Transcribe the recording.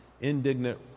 indignant